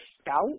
scout